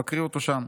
בקרי אותו שם.